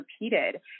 repeated